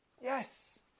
Yes